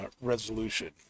Resolution